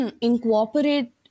incorporate